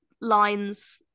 lines